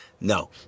No